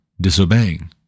disobeying